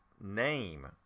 name